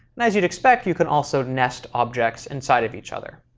and as you'd expect, you can also nest objects inside of each other.